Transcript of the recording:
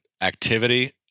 activity